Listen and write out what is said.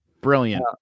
Brilliant